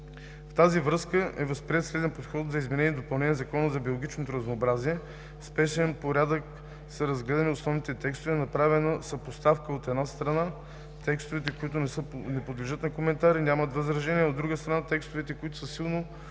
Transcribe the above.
В тази връзка е възприет следният подход за изменение и допълнение на Закона за биологичното разнообразие: в спешен порядък са разгледани основните текстове и е направена съпоставка – от една страна, текстове, които не подлежат на коментар и няма възражения, а от друга – текстове, които са силно